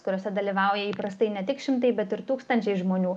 kuriose dalyvauja įprastai ne tik šimtai bet ir tūkstančiai žmonių